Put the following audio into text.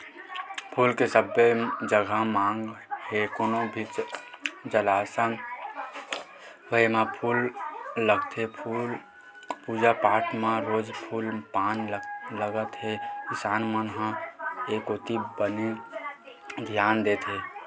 फूल के सबे जघा मांग हे कोनो भी जलसा होय म फूल लगथे पूजा पाठ म रोज फूल पान लगत हे किसान मन ह ए कोती बने धियान देत हे